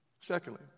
Secondly